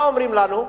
מה אומרים לנו?